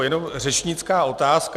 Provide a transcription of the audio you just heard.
Jenom řečnická otázka.